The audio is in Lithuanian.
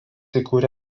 įkūrė